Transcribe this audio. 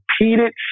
repeated